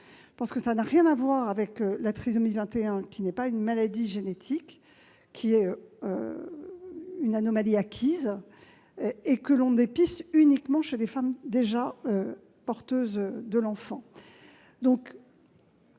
Cela n'a rien à voir avec la trisomie 21, qui n'est pas une maladie génétique ; c'est une anomalie acquise. Elle est dépistée uniquement chez les femmes déjà porteuses de l'enfant. Je